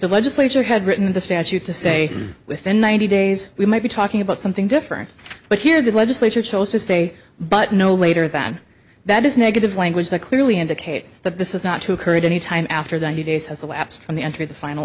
the legislature had written the statute to say within ninety days we might be talking about something different but here the legislature chose to say but no later than that is negative language that clearly indicates that this is not to occur at any time after the new days has elapsed from the entry of the final